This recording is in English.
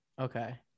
okay